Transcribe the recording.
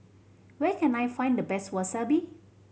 where can I find the best Wasabi